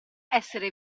essere